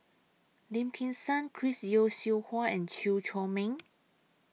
Lim Kim San Chris Yeo Siew Hua and Chew Chor Meng